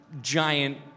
giant